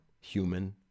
human